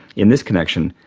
in this connection,